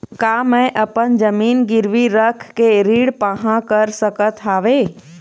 का मैं अपन जमीन गिरवी रख के ऋण पाहां कर सकत हावे?